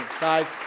guys